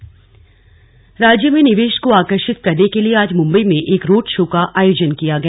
निवेशक सम्मेलन राज्य में निवेश को आकर्षित करने के लिए आज मुंबई में एक रोड़ शो का आयोजन किया गया